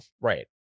Right